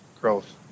growth